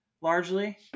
largely